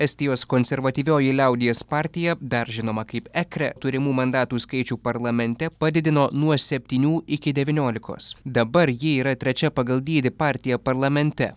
estijos konservatyvioji liaudies partija dar žinoma kaip ekre turimų mandatų skaičių parlamente padidino nuo septynių iki devyniolikos dabar ji yra trečia pagal dydį partija parlamente